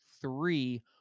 three